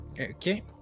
Okay